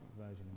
version